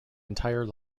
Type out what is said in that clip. entire